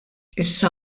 issa